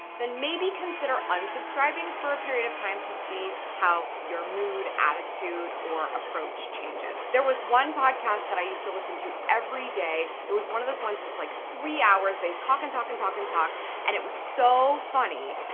then maybe consider unsubscribing for a period of time to see how your mood, attitude or approach changes. there was one podcast that i used to listen to every day. it was one of those ones that's like three hours, they talk and talk and talk and talk and it was so funny.